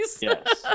Yes